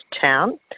town